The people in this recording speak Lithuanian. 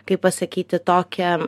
kaip pasakyti tokią